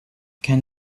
can